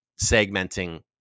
segmenting